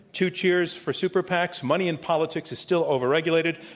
two cheers for super pacs money and politics is still overregulated,